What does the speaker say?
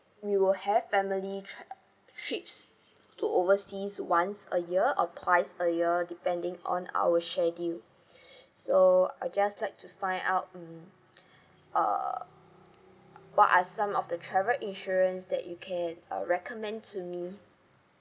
we will have family trap trips to overseas once a year or twice a year depending on our schedule so I just like to find out mm uh what are some of the travel insurance that you can uh recommend to me